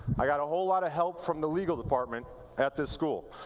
i got a whole lot of help from the legal department at this school.